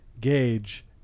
Gauge